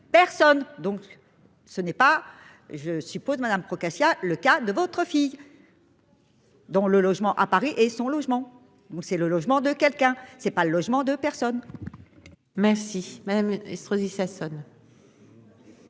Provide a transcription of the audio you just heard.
personnes, donc ce n'est pas je suppose Madame Procaccia le cas de votre fille. Dont le logement à Paris et son logement ou c'est le logement de quelqu'un c'est pas le logement de personnes. Merci madame Estrosi Sassone.